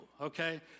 okay